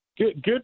Good